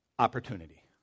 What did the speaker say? opportunity